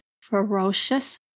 ferocious